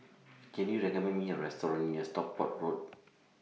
Can YOU recommend Me A Restaurant near Stockport Road